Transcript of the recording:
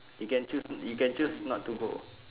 you can choose you can choose not to go